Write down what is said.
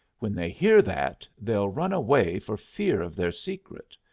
when they hear that, they'll run away for fear of their secret.